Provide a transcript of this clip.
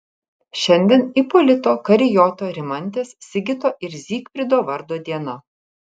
šiandien ipolito karijoto rimantės sigito ir zygfrido vardo diena